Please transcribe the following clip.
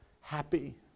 happy